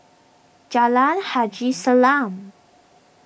Jalan Haji Salam